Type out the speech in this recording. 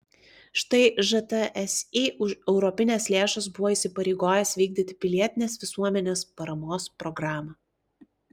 štai žtsi už europines lėšas buvo įsipareigojęs vykdyti pilietinės visuomenės paramos programą